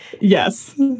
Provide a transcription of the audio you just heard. Yes